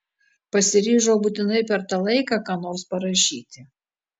pasiryžau būtinai per tą laiką ką nors parašyti